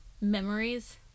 memories